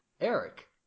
Eric